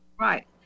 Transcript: right